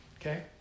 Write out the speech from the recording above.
okay